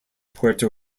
puerto